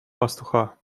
пастуха